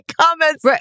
comments